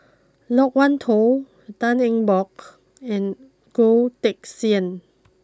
Loke Wan Tho Tan Eng Bock and Goh Teck Sian